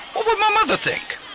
what would my mother think?